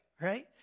right